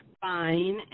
fine